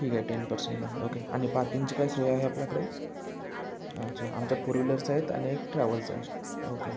ठीक आहे टेन पर्सेंटमध्ये ओके आणि पार्किंगची काय सोय आहे आपल्याकडे अच्छा आमच्या फोर व्हिलर्स आहेत आणि एक ट्रॅव्हल्स आहे ओके